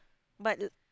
but